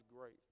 great